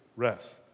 rest